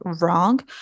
wrong